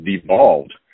devolved